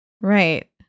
Right